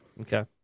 Okay